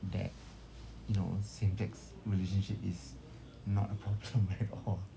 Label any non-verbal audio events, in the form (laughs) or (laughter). that you know same sex relationship is not a problem at all (laughs)